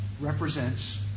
represents